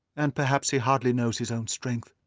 and perhaps he hardly knows his own strength.